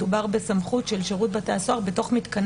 מדובר בסמכות של שירות בתי הסוהר במתקניו.